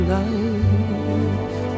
life